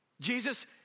Jesus